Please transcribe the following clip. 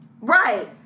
right